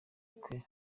kwe